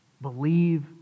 Believe